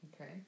Okay